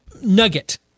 nugget